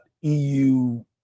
EU